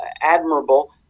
admirable